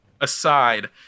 aside